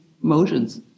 motions